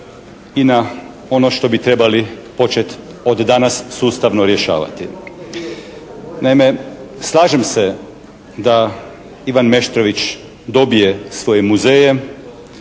i na ono što bi trebali početi od danas sustavno rješavati. Naime, slažem se da Ivan Meštrović dobije svoje muzeje.